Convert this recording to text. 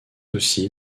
aussi